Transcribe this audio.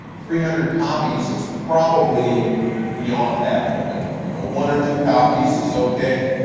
three hundred copies is probably beyond that limit. you know, one or two copies is okay.